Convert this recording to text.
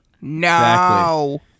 No